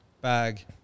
bag